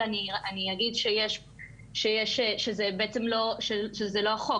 אני אגיד שזה לא החוק,